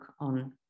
on